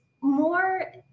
more